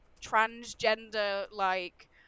transgender-like